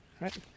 right